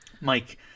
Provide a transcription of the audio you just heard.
Mike